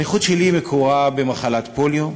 הנכות שלי מקורה במחלת פוליו.